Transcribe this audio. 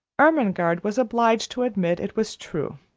ermengarde was obliged to admit it was true,